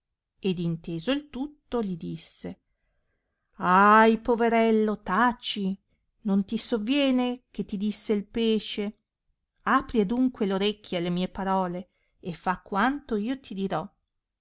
ed inteso il tutto li disse ahi poverello taci non ti sovviene ciò che ti disse il pesce apri adunque l'orecchie alle mie parole e fa quanto io ti dirò